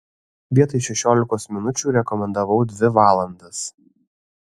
vietoj šešiolikos minučių rekomendavau dvi valandas